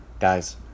Guys